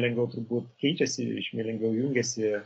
lengviau būt keičiasi žymiai lengviau jungiasi